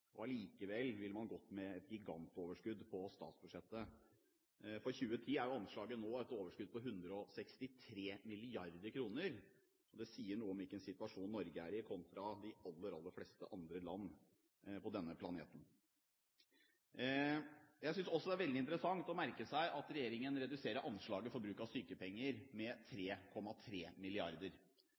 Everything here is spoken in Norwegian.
Allikevel ville man ha gått med et gigantoverskudd på statsbudsjettet. For 2010 er anslaget nå et overskudd på 163 mrd. kr. Det sier noe om hvilken situasjon Norge er i, kontra de aller, aller fleste andre land på denne planeten. Jeg synes også det er veldig interessant å merke seg at regjeringen reduserer anslaget for bruk av sykepenger med 3,3